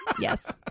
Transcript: Yes